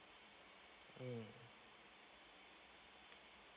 mm